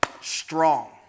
strong